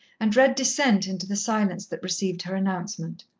and read dissent into the silence that received her announcement.